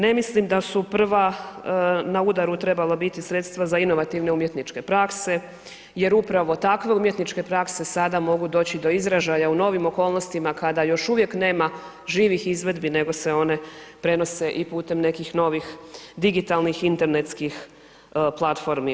Ne mislim da su prva na udaru trebala biti sredstva za inovativne umjetničke prakse jer upravo takve umjetničke prakse sada mogu doći do izražaja u novim okolnostima kada još uvijek nema živih izvedbi nego se one prenose i putem nekih novih digitalnih internetskih platformi.